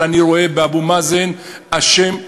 אני רואה באבו מאזן אשם גדול,